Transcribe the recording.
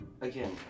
Again